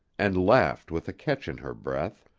and laughed with a catch in her breath.